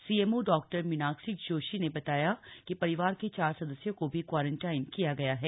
CMO Dr Meenakshi Joshi ने बताया कि परिवार के चार सदस्यों को भी क्वारंटाइन किया गया है